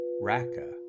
Raka